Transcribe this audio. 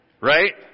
Right